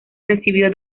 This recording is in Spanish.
recibió